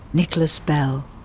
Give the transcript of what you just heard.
nicolas bell